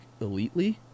elitely